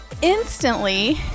Instantly